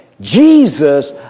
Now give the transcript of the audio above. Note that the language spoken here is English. Jesus